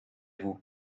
vous